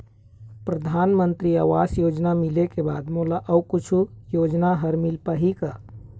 परधानमंतरी आवास योजना मिले के बाद मोला अऊ कुछू योजना हर मिल पाही का?